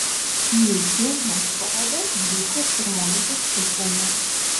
nižnij novgorode įvyko ir pirmoji diskusija